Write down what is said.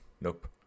Nope